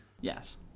Yes